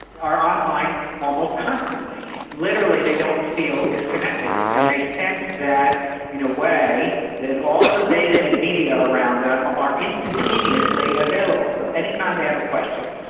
are online almost constantly. literally they don't feel disconnected, and they sense that in a way all the data and media around them are instantaneously available. so any time they have a question,